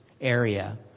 area